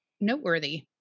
noteworthy